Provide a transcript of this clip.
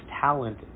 talent